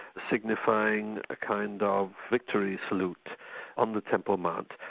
signifying a kind of victory salute on the temple mount.